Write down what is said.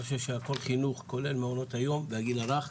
אני חושב שהכל חינוך, כולל מעונות היום והגיל הרך.